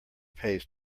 pays